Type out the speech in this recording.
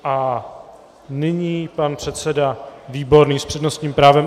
A nyní pan předseda Výborný s přednostním právem.